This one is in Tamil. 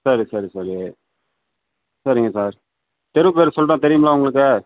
சரி சரி சரி சரிங்க சார் தெரு பேர் சொல்கிறேன் தெரியும்ல உங்களுக்கு